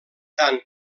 tant